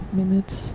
minutes